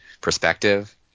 perspective